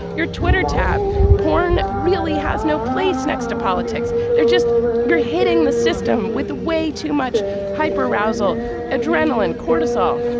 your twitter tab porn really has no place next to politics. they're just you're hitting the system with way too much hyper arousal adrenaline cortisol.